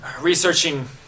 researching